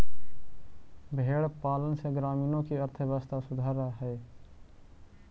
भेंड़ पालन से ग्रामीणों की अर्थव्यवस्था सुधरअ हई